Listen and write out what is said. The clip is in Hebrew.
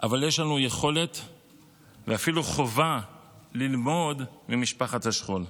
אבל יש לנו יכולת ואפילו חובה ללמוד ממשפחת השכול,